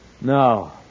No